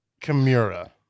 Kimura